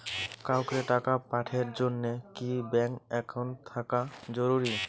কাউকে টাকা পাঠের জন্যে কি ব্যাংক একাউন্ট থাকা জরুরি?